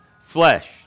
flesh